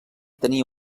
tenia